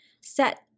set